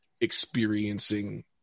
experiencing